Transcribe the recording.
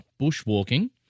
bushwalking